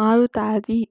మారుతాది